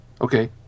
okay